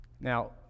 Now